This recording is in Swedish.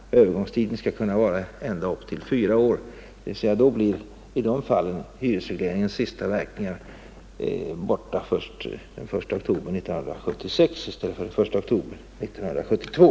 Övergångstiden skall kunna vara ända upp till fyra år. I de fallen bortfaller hyresregleringens sista verkningar först den första oktober 1976 i stället för den första oktober 1972.